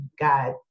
God